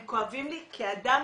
הם כואבים לי כאדם,